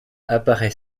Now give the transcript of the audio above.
apparait